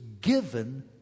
given